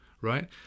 right